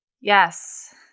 Yes